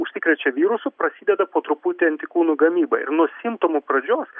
užsikrečia virusu prasideda po truputį antikūnų gamyba ir nuo simptomų pradžios